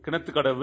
Kinathukadavu